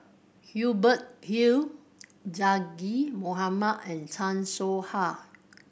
Hubert Hill Zaqy Mohamad and Chan Soh Ha